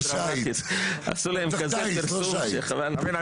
עשו להם כזה פרסום -- אתה מבין,